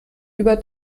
über